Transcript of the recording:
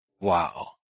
Wow